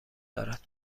دارد